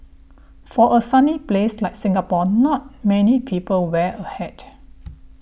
for a sunny place like Singapore not many people wear a hat